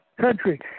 country